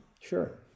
Sure